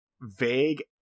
vague